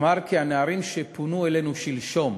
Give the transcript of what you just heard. אמר: הנערים שפונו אלינו שלשום